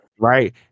Right